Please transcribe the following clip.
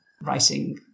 writing